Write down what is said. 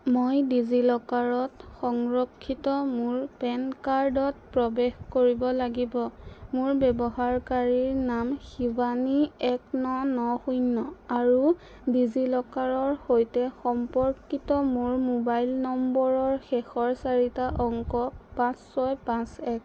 মই ডিজিলকাৰত সংৰক্ষিত মোৰ পেন কাৰ্ডত প্ৰৱেশ কৰিব লাগিব মোৰ ব্যৱহাৰকাৰী নাম শিৱানী এক ন ন শূন্য আৰু ডিজিলকাৰৰ সৈতে সম্পৰ্কিত মোৰ মোবাইল নম্বৰৰ শেষৰ চাৰিটা অংক পাঁচ ছয় পাঁচ এক